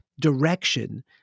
direction